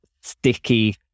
sticky